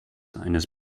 eines